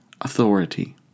authority